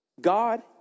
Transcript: God